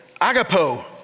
agapo